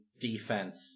defense